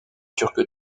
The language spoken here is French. turc